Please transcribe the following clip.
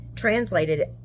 translated